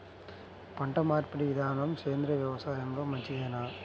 పంటమార్పిడి విధానము సేంద్రియ వ్యవసాయంలో మంచిదేనా?